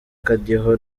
akadiho